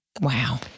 Wow